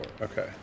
Okay